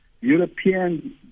European